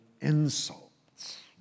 insults